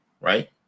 right